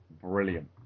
brilliant